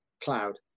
cloud